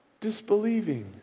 disbelieving